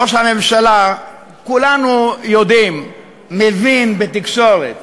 ראש הממשלה, כולנו יודעים, מבין בתקשורת.